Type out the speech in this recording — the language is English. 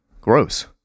Gross